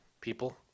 people